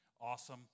awesome